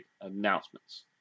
announcements